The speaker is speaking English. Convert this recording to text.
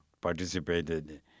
participated